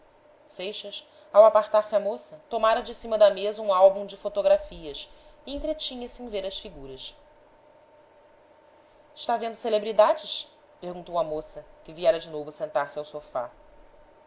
seixas ao apartar-se a moça tomara de cima da mesa um álbum de fotografias e entretinha-se em ver as figuras está vendo celebridades perguntou a moça que viera de novo sentar-se ao sofá